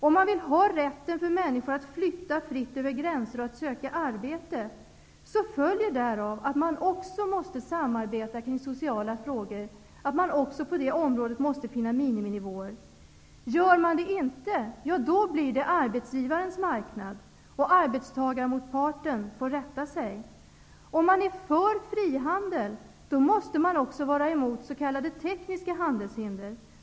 Om man vill att människor skall ha rätt att flytta fritt över gränser och söka arbete, måste man också samarbeta kring sociala frågor. Också på det området måste man finna miniminivåer. Gör man inte det, blir det arbetsgivarens marknad. Arbetstagaren, motparten, får rätta sig därefter. Om man är för frihandel, måste man också vara emot s.k. tekniska handelshinder.